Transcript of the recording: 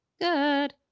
good